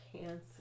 cancer